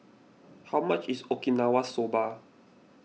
how much is Okinawa Soba